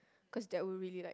cause they will really like